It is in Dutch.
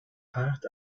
haard